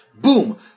Boom